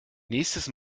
nächstes